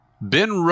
Ben